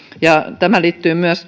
tämä liittyy myös